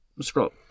scroll